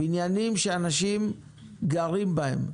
בניינים שאנשים גרים בהם,